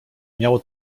miało